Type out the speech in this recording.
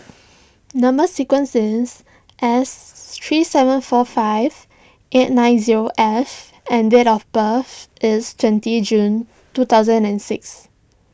Number Sequence is S three seven four five eight nine zero F and date of birth is twenty June two thousand and six